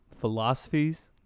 philosophies